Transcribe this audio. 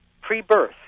pre-birth